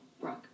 Brooke